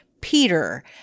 Peter